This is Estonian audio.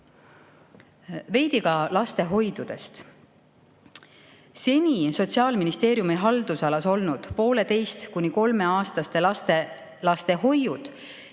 Veidi ka lastehoidudest. Seni Sotsiaalministeeriumi haldusalas olnud pooleteise‑ kuni kolmeaastaste laste lastehoiud